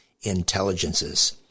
Intelligences